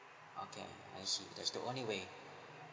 okay I see that's the only way